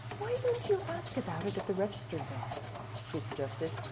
why don't you ask about it at the registrar's office? she suggested.